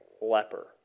leper